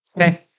Okay